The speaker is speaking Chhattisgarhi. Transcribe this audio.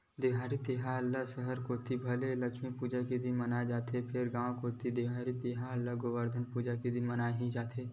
देवारी तिहार ल सहर कोती भले लक्छमी पूजा के दिन माने जाथे फेर गांव कोती देवारी तिहार ल गोबरधन पूजा के दिन ही मानथे